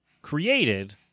created